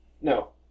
No